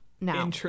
Now